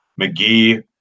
McGee